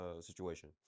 situation